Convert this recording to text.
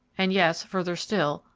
and yes, further still,